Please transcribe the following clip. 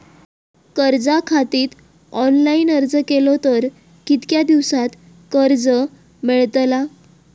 कर्जा खातीत ऑनलाईन अर्ज केलो तर कितक्या दिवसात कर्ज मेलतला?